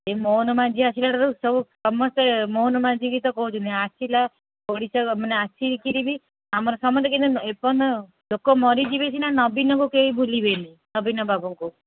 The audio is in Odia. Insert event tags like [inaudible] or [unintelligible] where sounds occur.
ଏଇ ମୋହନ ମାଝି ଆସିବା ଠାରୁ ସବୁ ସମସ୍ତେ ମୋହନ ମାଝି କୁ ତ କହୁଛନ୍ତି ଆସିଲା ଓଡ଼ିଶା ମାନେ ଆସିକିରି ବି [unintelligible] ସମସ୍ତେ କିନ୍ତୁ ଏ ପର୍ଯ୍ୟନ୍ତ ଲୋକ ମରିଯିବେ ସିନା ନବୀନକୁ କେହି ଭୁଲିବେନି ନବୀନ ବାବୁଙ୍କୁ